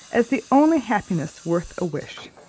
as the only happiness worth a wish.